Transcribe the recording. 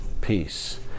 Peace